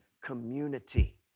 Community